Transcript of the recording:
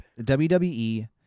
WWE